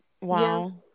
Wow